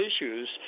issues